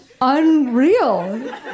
Unreal